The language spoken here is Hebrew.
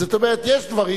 זאת אומרת, יש דברים